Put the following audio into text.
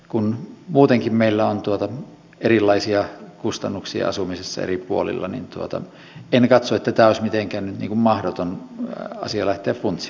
kun muutenkin meillä on erilaisia kustannuksia asumisessa eri puolilla niin en katso että tätä olisi mitenkään mahdoton asia lähteä funtsimaan